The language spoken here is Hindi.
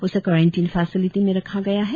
उसे क्वारिटिन फेसिलिटी में रखा गया है